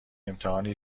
امتحانی